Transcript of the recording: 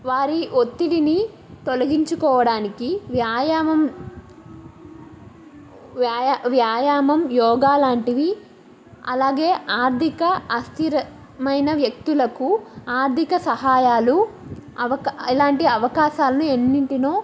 వారి ఒత్తిడిని తొలగించుకోవడానికి వ్యాయామం వ్యాయా వ్యాయామం యోగా లాంటివి అలాగే ఆర్థిక అస్థిరమైన వ్యక్తులకు ఆర్థిక సహాయాలు అవకా అలాంటి అవకాశాలను ఎన్నింటినో